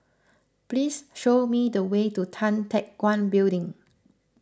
please show me the way to Tan Teck Guan Building